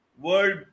world